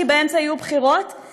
כי באמצע יהיו בחירות,